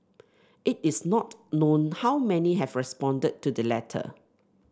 it is not known how many have responded to the letter